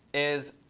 is,